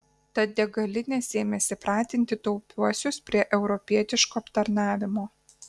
tad degalinės ėmėsi pratinti taupiuosius prie europietiško aptarnavimo